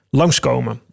langskomen